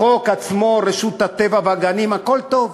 החוק עצמו, רשות הטבע והגנים, הכול טוב.